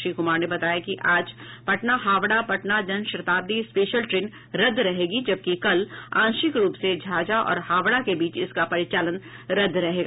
श्री कुमार ने बताया कि आज पटना हावड़ा पटना जनशताब्दी स्पेशल ट्रेन रद्द रहेगी जबकि कल आंशिक रूप से झाझा और हावड़ा के बीच इसका परिचालन रद्द रहेगा